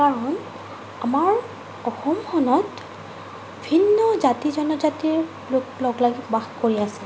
কাৰণ আমাৰ অসমখনত ভিন্ন জাতি জনজাতীৰ লোক লগলাগি বাস কৰি আছে